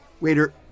Waiter